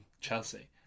Chelsea